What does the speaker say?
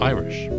Irish